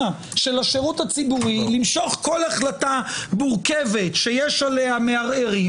השירות הציבורי למשוך כל החלטה מורכבת שיש עליה מערערים